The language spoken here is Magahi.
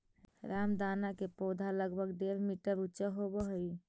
रामदाना के पौधा लगभग डेढ़ मीटर ऊंचा होवऽ हइ